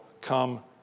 come